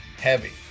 heavy